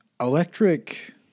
electric